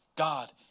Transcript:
God